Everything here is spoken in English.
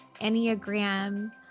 enneagram